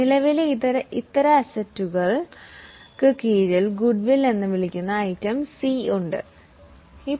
നോക്കൂ അസ്സെറ്റ്സിനു കീഴിൽ നോൺ കറൻറ് അസ്സെറ്റ്സ് സീ ഇനം